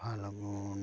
ᱯᱷᱟᱞᱜᱩᱱ